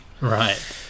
Right